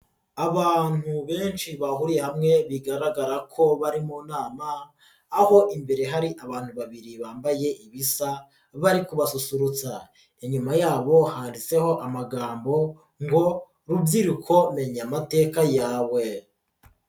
Abantu benshi bahuriye hamwe bigaragara ko bari mu nama, aho imbere hari abantu babiri bambaye ibisa, bari kubasusurutsa. Inyuma yabo handitseho amagambo ngo rubyiruko menya amateka yawe.